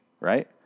right